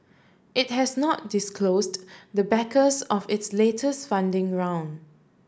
it has not disclosed the backers of its latest funding round